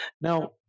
now